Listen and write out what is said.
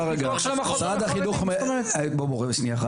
-- שנייה אחת,